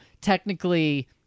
technically